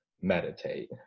meditate